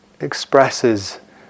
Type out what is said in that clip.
expresses